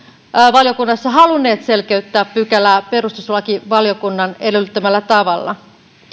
valiokunnassa halunneet selkeyttää pykälää perustuslakivaliokunnan edellyttämällä tavalla